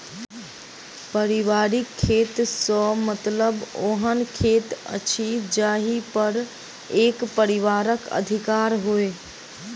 पारिवारिक खेत सॅ मतलब ओहन खेत अछि जाहि पर एक परिवारक अधिकार होय